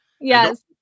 Yes